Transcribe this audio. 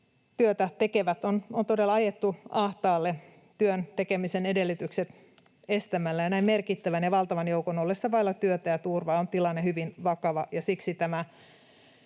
työtä tekevät on todella ajettu ahtaalle työn tekemisen edellytykset estämällä, ja näin merkittävän ja valtavan joukon ollessa vailla työtä ja turvaa on tilanne hyvin vakava,